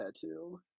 tattoo